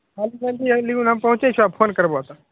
काली मन्दिर लिगुन हम पहुँचै छियह फोन करबह तऽ